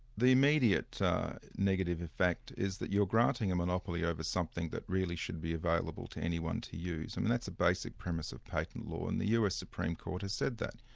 the immediate negative effect is that you're granting a monopoly over something that really should be available to anyone to use, and that's a basic premise of patent law, and the us supreme court has said that.